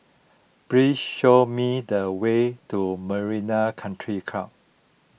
please show me the way to Marina Country Club